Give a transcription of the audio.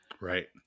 Right